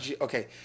Okay